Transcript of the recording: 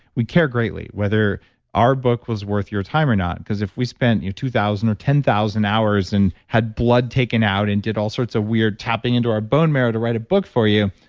we care greatly whether our book was worth your time or not because if we spent two thousand or ten thousand hours and had blood taken out and did all sorts of weird tapping into our bone marrow to write a book for you,